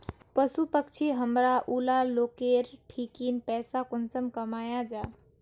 पशु पक्षी हमरा ऊला लोकेर ठिकिन पैसा कुंसम कमाया जा?